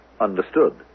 Understood